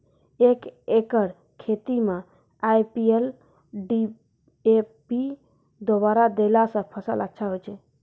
एक एकरऽ खेती मे आई.पी.एल डी.ए.पी दु बोरा देला से फ़सल अच्छा होय छै?